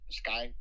sky